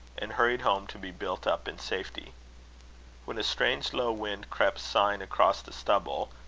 and hurried home to be built up in safety when a strange low wind crept sighing across the stubble,